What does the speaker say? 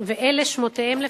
ואלה שמותיהם,